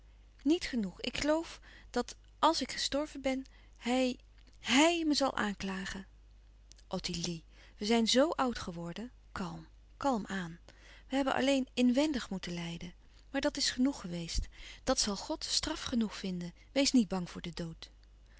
niet genoeg ik geloof dat àls ik gestorven ben hij hij me zal aanklagen ottilie we zijn zo oud geworden kalm kalm aan wij hebben alleen inwèndig moeten lijden maar dat is genoeg geweest dat zal god straf genoeg vinden wees niet bang voor den dood